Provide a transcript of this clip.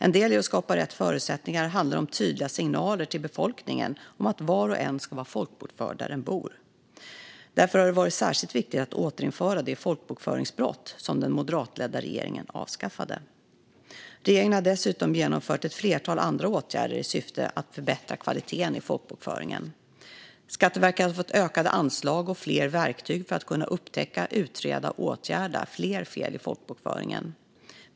En del i att skapa rätt förutsättningar handlar om tydliga signaler till befolkningen om att var och en ska vara folkbokförd där den bor. Därför har det varit särskilt viktigt att återinföra det folkbokföringsbrott som den moderatledda regeringen avskaffade. Regeringen har dessutom genomfört ett flertal andra åtgärder i syfte att förbättra kvaliteten i folkbokföringen. Skatteverket har fått ökade anslag och fler verktyg för att kunna upptäcka, utreda och åtgärda fler fel i folkbokföringen.